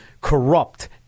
corrupt